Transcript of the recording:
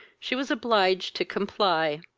she was obliged to comply.